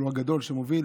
אבל הוא הגדול שמוביל,